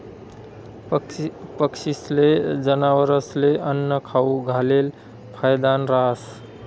पक्षीस्ले, जनावरस्ले आन्नं खाऊ घालेल फायदानं रहास